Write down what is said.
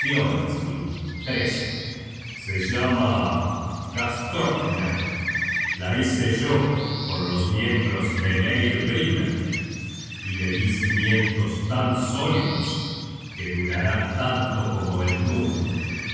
fioelsving se llama gastropner la hice yo con los miembros de leir brimer y la di cimientos tan sólidos que durará tanto como el mundo los